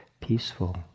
peaceful